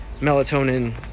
melatonin